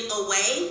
away